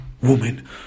woman